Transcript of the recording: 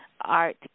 art